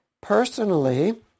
personally